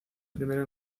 primero